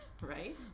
Right